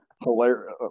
hilarious